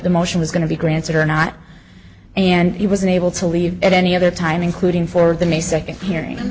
the motion was going to be granted or not and he was unable to leave at any other time including for the may second hearing